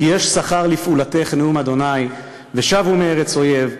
כי יש שכר לפעֻלתך נאֻם ה' ושבו מארץ אויב.